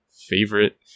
favorite